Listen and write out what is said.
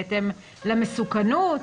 בהתאם למסוכנות.